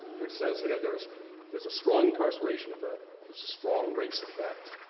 which says and ah there's there's strong incarceration effect, there's a strong race effect,